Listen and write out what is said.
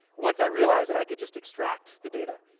once i realized that i could just extract the data.